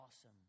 Awesome